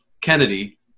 Kennedy